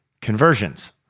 conversions